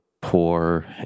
poor